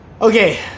Okay